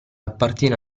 appartiene